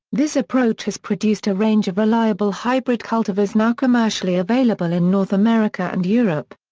this approach has produced a range of reliable hybrid cultivars now commercially available in north america and europe.